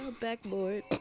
backboard